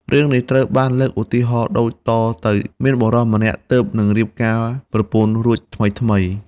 រឿងនេះត្រូវបានលើកឧទាហរណ៍ដូចតទៅ៖ មានបុរសម្នាក់ទើបនឹងរៀបការប្រពន្ធរួចថ្មីៗ។